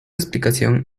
explicación